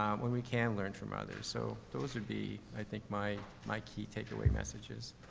when we can learn from others. so those would be, i think, my, my key takeaway messages.